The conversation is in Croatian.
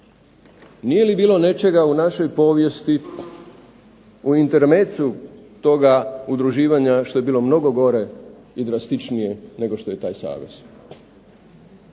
Nije li bilo nečega u našoj povijesti u intermezzu toga udruživanja što je bilo mnogo gore i drastičnije nego što je taj savez?